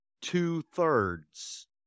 Two-thirds